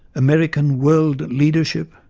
american world leadership,